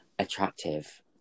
attractive